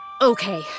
Okay